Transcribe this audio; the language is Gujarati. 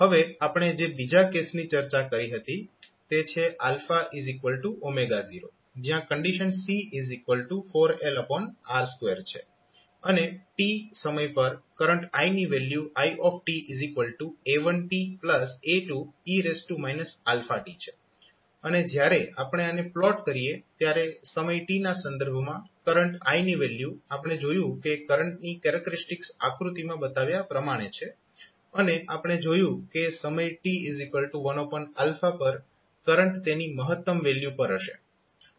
હવે આપણે જે બીજા કેસની ચર્ચા કરી હતી તે છે 0 જ્યાં કંડીશન C4LR2 છે અને t સમય પર કરંટ i ની વેલ્યુ iA1tA2 e t છે અને જ્યારે આપણે આને પ્લોટ કરીએ ત્યારે સમય t ના સંદર્ભમાં કરંટ i ની વેલ્યુ આપણે જોયું કે કરંટની કેરેક્ટરીસ્ટિક્સ આકૃતિમાં બતાવ્યા પ્રમાણે છે અને આપણે જોયું કે સમય t1 પર કરંટ તેની મહત્તમ વેલ્યુ પર હશે